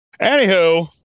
anywho